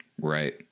Right